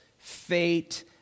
Fate